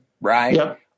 right